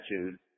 Attitude